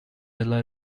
della